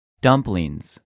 Dumplings